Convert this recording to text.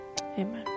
amen